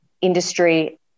industry